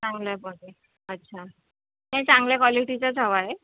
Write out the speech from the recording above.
चांगल्यामध्ये अच्छा चांगल्या कॉलिटीचंच हवं आहे